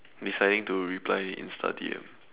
deciding to reply insta D_M